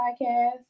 Podcast